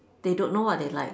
they don't know what they like